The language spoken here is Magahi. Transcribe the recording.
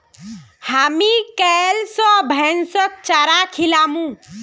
हामी कैल स भैंसक चारा खिलामू